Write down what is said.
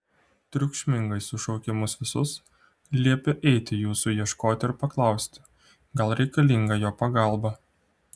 triukšmingai sušaukė mus visus liepė eiti jūsų ieškoti ir paklausti gal reikalinga jo pagalba